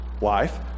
wife